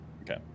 Okay